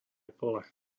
pole